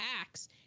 acts